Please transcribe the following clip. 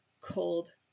cold